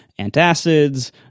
antacids